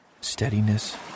steadiness